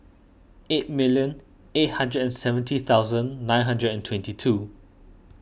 eight million eight hundred and seventy thousand nine hundred and twenty two